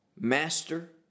Master